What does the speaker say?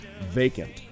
vacant